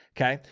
okay.